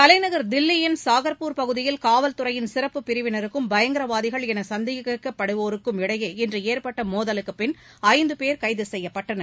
தலைநகர் தில்லியின் சாகர்பூர் பகுதியில் காவல்துறையின் சிறப்பு பிரிவினருக்கும் பயங்கரவாதிகள் என சந்தேகிக்கப்படுவோருக்கும் இடையே இன்று ஏற்பட்ட மோதலுக்குப் பின் ஐந்து போ கைது செய்யப்பட்டனர்